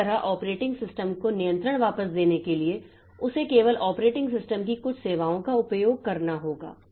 इसी तरह operating system को नियंत्रण वापस देने के लिए उसे केवल ऑपरेटिंग सिस्टम की कुछ सेवाओं का उपयोग करना होगा